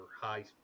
high